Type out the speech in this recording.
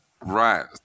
Right